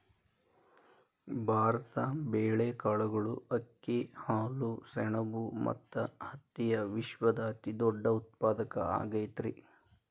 ಭಾರತ ಬೇಳೆ, ಕಾಳುಗಳು, ಅಕ್ಕಿ, ಹಾಲು, ಸೆಣಬ ಮತ್ತ ಹತ್ತಿಯ ವಿಶ್ವದ ಅತಿದೊಡ್ಡ ಉತ್ಪಾದಕ ಆಗೈತರಿ